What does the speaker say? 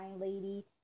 lady